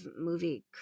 movie